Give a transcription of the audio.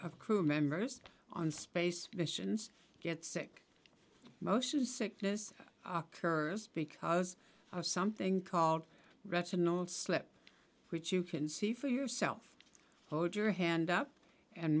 of crew members on space missions get sick motion sickness are currents because of something called retinal slip which you can see for yourself hold your hand up and